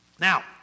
Now